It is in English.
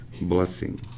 blessing